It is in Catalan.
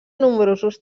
nombrosos